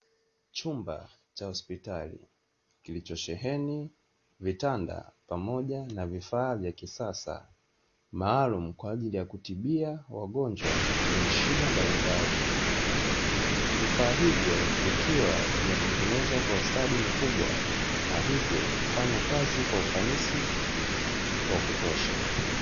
Chumba cha hospitali kilichosheheni vitanda pamoja na vifaa vya kisasa maalumu kwa ajili ya kutibia wagonjwa wenye shida mbalimbali, vifaa hivyo vikiwa vimetengenezwa kwa ustadi mkubwa na hivyo kufanya kazi kwa ufanisi wa kutosha.